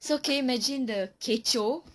so can you imagine the kecoh